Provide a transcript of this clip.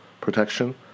protection